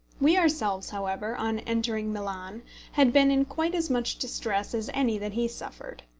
we ourselves, however, on entering milan had been in quite as much distress as any that he suffered.